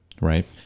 Right